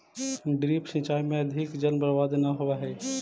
drip सिंचाई में अधिक जल बर्बाद न होवऽ हइ